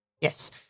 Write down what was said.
Yes